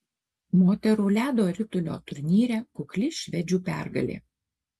moterų ledo ritulio turnyre kukli švedžių pergalė